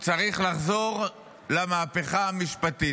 צריך לחזור למהפכה המשפטית?